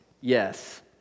Yes